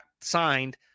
signed